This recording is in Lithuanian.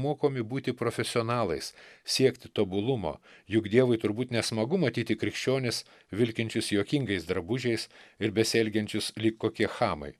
mokomi būti profesionalais siekti tobulumo juk dievui turbūt nesmagu matyti krikščionis vilkinčius juokingais drabužiais ir besielgiančius lyg kokie chamai